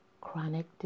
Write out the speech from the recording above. Chronic